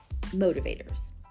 motivators